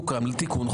זה העניין.